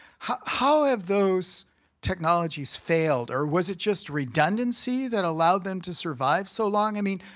how how have those technologies failed, or was it just redundancy that allowed them to survive so long? i mean,